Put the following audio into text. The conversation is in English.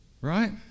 Right